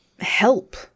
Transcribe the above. help